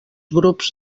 grups